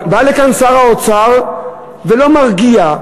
בא לכאן שר האוצר ולא מרגיע,